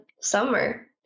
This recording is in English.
summer